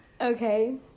Okay